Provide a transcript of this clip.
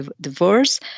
divorce